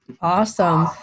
Awesome